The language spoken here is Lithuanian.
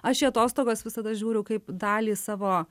aš į atostogas visada žiūriu kaip dalį savo